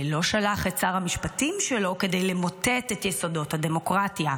ולא שלח את שר המשפטים שלו כדי למוטט את יסודות הדמוקרטיה,